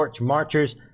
marchers